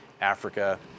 Africa